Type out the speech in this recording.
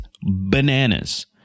bananas